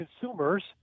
consumers